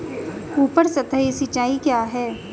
उपसतही सिंचाई क्या है?